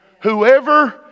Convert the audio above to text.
Whoever